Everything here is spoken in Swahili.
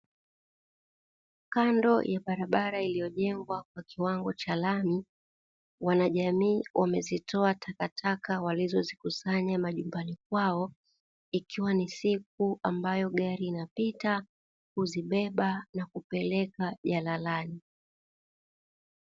Kando ya barabara iliyojengwa kwa kiwango cha lami, wanajamii wamezitoa takataka walizozikusanya majumbani kwao, ikiwa ni siku ambayo gari linapita kuzibeba na kupeleka jalalani.